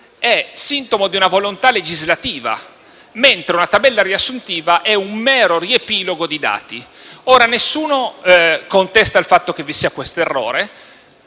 è sintomo di una volontà legislativa, mentre una tabella riassuntiva è un mero riepilogo di dati. Nessuno contesta il fatto che vi sia l'errore;